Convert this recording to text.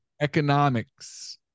Economics